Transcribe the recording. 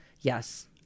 yes